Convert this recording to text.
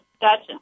gotcha